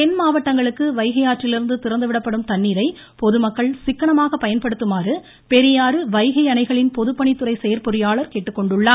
தென் மாவட்டங்களுக்கு வைகை ஆற்றிலிருந்து திறந்துவிடப்படும் தண்ணீரை பொதுமக்கள் சிக்கனமாக பயன்படுத்துமாறு பெரியாறு வைகை அணைகளின் பொதுப்பணித்துறை செயற்பொறியாளர் கேட்டுக்கொண்டுள்ளார்